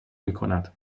میکند